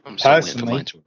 personally